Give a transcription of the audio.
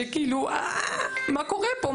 שכאילו מה קורה פה?